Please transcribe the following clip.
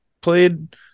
played